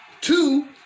two